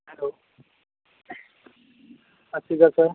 hello ਸਤਿ ਸ਼੍ਰੀ ਅਕਾਲ ਸਰ